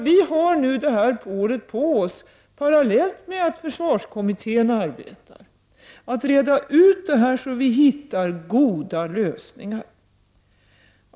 Vi har det här året på oss, parallellt med att försvarskommittén arbetar, att utreda detta för att hitta goda lösningar.